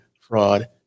fraud